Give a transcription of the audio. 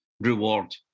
reward